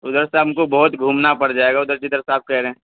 ادھر سے ہم کو بہت گھومنا پڑ جائے گا ادھر جدھر سے آپ کہہ رہے ہیں